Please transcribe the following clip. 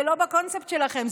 זה לא בקונספט שלכם,